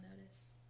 notice